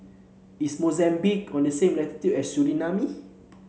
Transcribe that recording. is Mozambique on the same latitude as Suriname